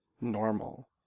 normal